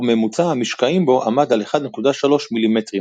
וממוצע המשקעים בו עמד על 1.3 מילימטרים.